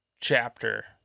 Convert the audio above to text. chapter